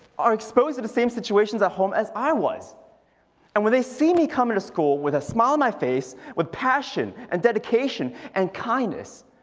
are exposed to the same situations at home as i was and when they see me come in to school with a smile my face with passion and dedication and kindness.